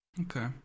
okay